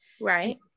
Right